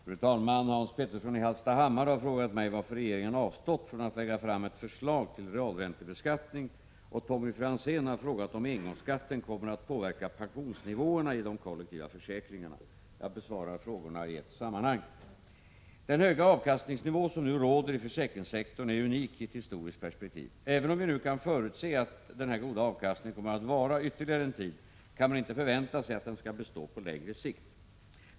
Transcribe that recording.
Fru talman! Hans Petersson i Hallstahammar har frågat mig varför regeringen avstått från att lägga fram ett förslag till realräntebeskattning och Tommy Franzén har frågat om engångsskatten kommer att påverka pensionsnivåerna i de kollektiva försäkringarna. Jag besvarar frågorna i ett sammanhang. Den höga avkastningsnivå som nu råder i försäkringssektorn är unik i ett historiskt perspektiv. Även om vi nu kan förutse att denna goda avkastning kommer att vara ytterligare en tid, kan man inte förvänta sig att den skall bestå på längre sikt.